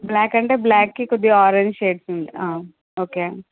black అంటే బ్లాక్కి కొద్దిగా ఆరంజ్ షేడ్స్ ఉంటాయి ఓకే